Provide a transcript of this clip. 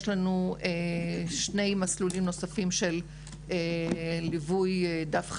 יש לנו שני מסלולים נוספים של ליווי "דף חדש"